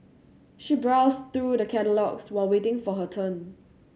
she browsed through the catalogues while waiting for her turn